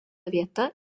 vieta